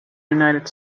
united